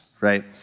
Right